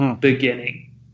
beginning